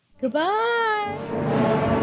Goodbye